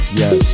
yes